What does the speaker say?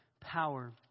power